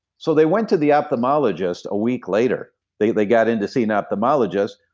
so they went to the ophthalmologist a week later they they got in to see an ophthalmologist,